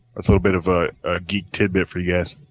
a sort of bit of ah a geek tidbit for you guys.